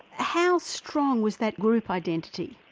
how strong was that group identity?